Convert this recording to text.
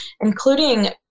including